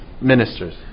ministers